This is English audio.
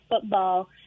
football